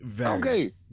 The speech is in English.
okay